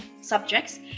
subjects